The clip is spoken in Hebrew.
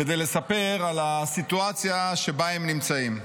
כדי לספר על הסיטואציה שבה הם נמצאים.